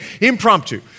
impromptu